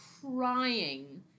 crying